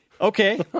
Okay